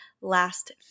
last